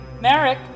Merrick